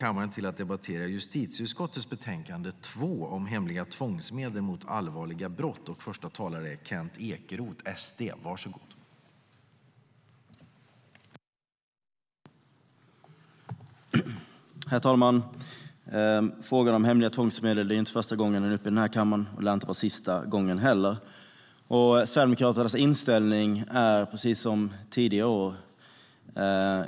Herr talman! Det är inte första gången som frågan om hemliga tvångsmedel tas upp i kammaren. Det lär inte heller vara den sista. Sverigedemokraternas inställning är i princip densamma som tidigare år.